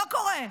לא קורה,